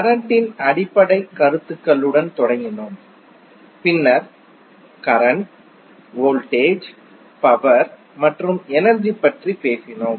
கரண்ட்டின் அடிப்படை கருத்துகளுடன் தொடங்கினோம் பின்னர் கரண்ட் வோல்டேஜ் பவர் மற்றும் எனர்ஜி பற்றி பேசினோம்